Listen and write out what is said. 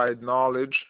knowledge